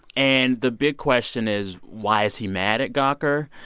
and the big question is, why is he mad at gawker?